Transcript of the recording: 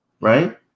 right